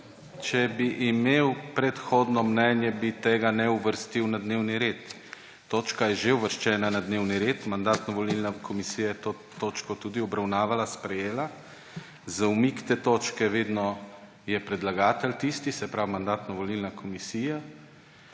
če bi imel predhodno mnenje, bi tega ne uvrstil na dnevni red. Točka je že uvrščena na dnevni red. Mandatno-volilna komisija je to točko tudi obravnavala, sprejela. Za umik te točke je vedno predlagatelj tisti, se pravi, da Mandatno-volilna komisija